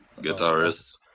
guitarist